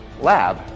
lab